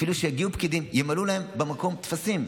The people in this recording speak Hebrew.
אפילו שיגיעו פקידים וימלאו להם במקום טפסים,